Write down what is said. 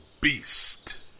beast